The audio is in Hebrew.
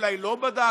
אולי לא בדק.